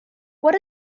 what